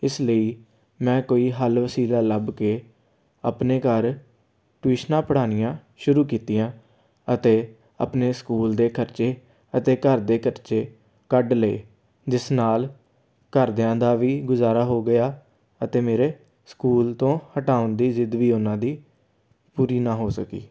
ਇਸ ਲਈ ਮੈਂ ਕੋਈ ਹੱਲ ਵਸੀਲਾ ਲੱਭ ਕੇ ਆਪਣੇ ਘਰ ਟਿਊਸ਼ਨਾਂ ਪੜ੍ਹਾਉਣੀਆਂ ਸ਼ੁਰੂ ਕੀਤੀਆਂ ਅਤੇ ਆਪਣੇ ਸਕੂਲ ਦੇ ਖਰਚੇ ਅਤੇ ਘਰ ਦੇ ਖਰਚੇ ਕੱਢ ਲਏ ਜਿਸ ਨਾਲ ਘਰਦਿਆਂ ਦਾ ਵੀ ਗੁਜ਼ਾਰਾ ਹੋ ਗਿਆ ਅਤੇ ਮੇਰੇ ਸਕੂਲ ਤੋਂ ਹਟਾਉਣ ਦੀ ਜ਼ਿੱਦ ਵੀ ਉਹਨਾਂ ਦੀ ਪੂਰੀ ਨਾ ਹੋ ਸਕੀ